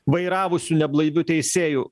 vairavusiu neblaiviu teisėju